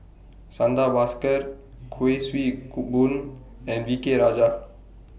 Santha Bhaskar Kuik Swee Boon and V K Rajah